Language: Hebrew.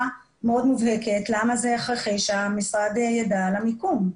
מאוד מובהקת למה זה הכרחי שהמשרד ידע על המיקום.